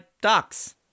ducks